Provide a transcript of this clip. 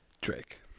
Drake